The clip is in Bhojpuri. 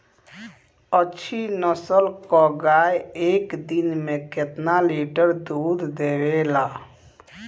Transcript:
अच्छी नस्ल क गाय एक दिन में केतना लीटर दूध देवे ला?